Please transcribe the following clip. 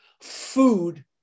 Food